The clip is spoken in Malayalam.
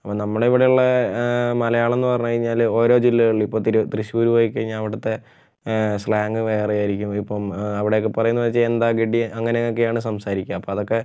അപ്പം നമ്മുടെ ഇവിടെ ഉള്ള മലയാളം എന്ന് പറഞ്ഞ് കഴിഞ്ഞാൽ ഓരോ ജില്ലകളിൽ ഇപ്പോൾ തിരു തൃശ്ശുർ പോയി കഴിഞ്ഞാൽ അവിടുത്തെ സ്ലാങ്ങ് വേറെ ആയിരിക്കും ഇപ്പം അവിടെയൊക്കെ പറയുന്നത് എന്താണെന്നു വെച്ചുകഴിഞ്ഞാൽ എന്താ ഗടിയെ അങ്ങനെ ഒക്കെ ആയാണ് സംസാരിക്കുക അപ്പോൾ അത് ഒക്കെ